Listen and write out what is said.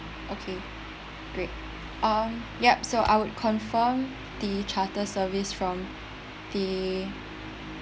okay great um ya so I would confirm the charter service from the